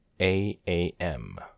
A-A-M